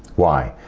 why?